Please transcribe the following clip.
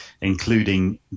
including